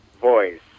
voice